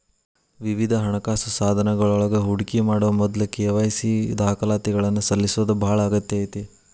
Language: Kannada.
ವಿವಿಧ ಹಣಕಾಸ ಸಾಧನಗಳೊಳಗ ಹೂಡಿಕಿ ಮಾಡೊ ಮೊದ್ಲ ಕೆ.ವಾಯ್.ಸಿ ದಾಖಲಾತಿಗಳನ್ನ ಸಲ್ಲಿಸೋದ ಬಾಳ ಅಗತ್ಯ ಐತಿ